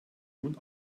nun